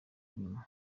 inyuma